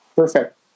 Perfect